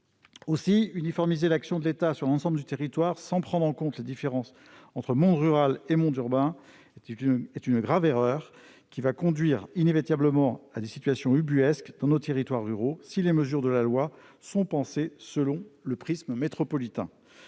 Aussi, uniformiser l'action de l'État sur l'ensemble du territoire sans prendre en compte les différences entre le monde rural et le monde urbain est une grave erreur. Ce choix conduira inévitablement à des situations ubuesques dans nos territoires ruraux : les dispositions de ce projet de loi ne doivent pas être pensées selon le prisme métropolitain.